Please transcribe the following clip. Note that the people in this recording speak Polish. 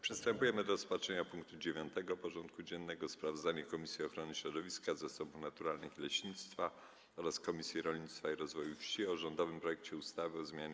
Przystępujemy do rozpatrzenia punktu 9. porządku dziennego: Sprawozdanie Komisji Ochrony Środowiska, Zasobów Naturalnych i Leśnictwa oraz Komisji Rolnictwa i Rozwoju Wsi o rządowym projekcie ustawy o zmianie